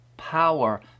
power